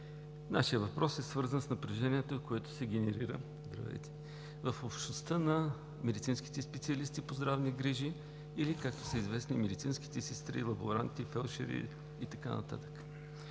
Нашият въпрос е свързан с напрежението, което се генерира в общността на медицинските специалисти по здравни грижи, или както са известни медицинските сестри, лаборанти, фелдшери и така нататък.